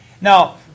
Now